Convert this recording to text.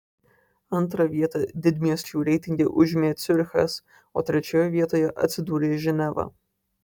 antrą vietą didmiesčių reitinge užėmė ciurichas o trečioje vietoje atsidūrė ženeva